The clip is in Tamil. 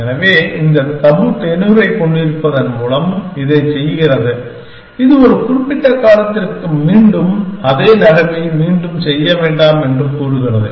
எனவே இந்த தபு டெனூரைக் கொண்டிருப்பதன் மூலம் இதைச் செய்கிறது இது ஒரு குறிப்பிட்ட காலத்திற்கு மீண்டும் அதே நகர்வை மீண்டும் செய்ய வேண்டாம் என்று கூறுகிறது